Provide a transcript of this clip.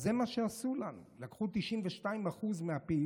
אז זה מה שעשו לנו, לקחו 92% מהפעילות